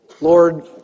Lord